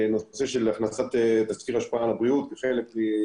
נושא של הכנסת תסקיר השפעה על הבריאות כחלק מתהליכי